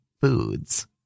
foods